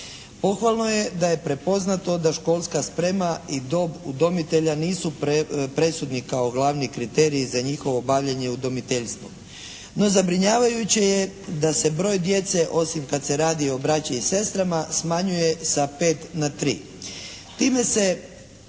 Pohvalno je da je prepoznato da školska sprema i dob udomitelja nisu presudni kao glavni kriterij za njihovo bavljenje udomiteljstvom. No zabrinjavajuće je da se broj djece osim kad se radi o braći i sestrama smanjuje sa pet na